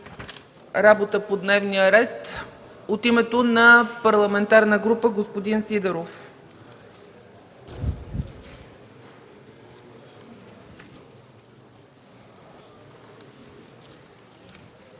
работа по дневния ред. От името на парламентарна група – господин Сидеров. ВОЛЕН